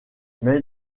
mais